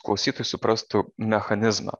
klausytojai suprastų mechanizmą